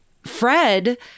Fred